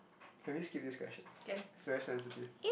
can we skip this question it's very sensitive